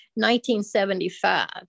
1975